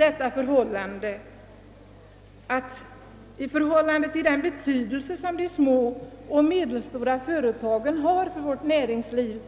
Centralbyrån skriver att »i förhållande till den betydelse som de s.k. små och medelstora företagen har för vårt näringsliv